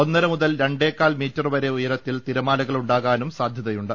ഒന്നരമുതൽ രണ്ടേകാൽ മീറ്റർവ്രെ ഉയരത്തിൽ തിരമാലകൾ ഉണ്ടാകാനും സാധ്യത യുണ്ട്